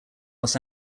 los